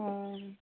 অঁ